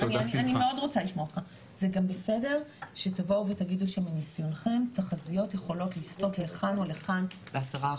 בסדר שתבואו ותגידו שמניסיונכם תחזיות יכולות לסתות לכאן או לכאן ב-10%,